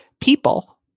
people